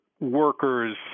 workers